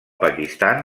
pakistan